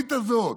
היהודית הזאת,